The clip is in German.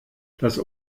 das